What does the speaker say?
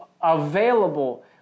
available